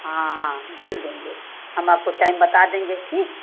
हाँ हाँ हम सिल देंगे हम आपको टाइम बता देंगे ठीक